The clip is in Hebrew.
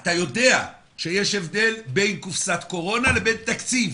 אתה יודע שיש הבדל בין קופסת קורונה לבין תקציב,